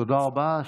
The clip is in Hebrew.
תודה רבה.